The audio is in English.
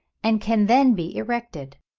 and can then be erected.